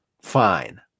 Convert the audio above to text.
fine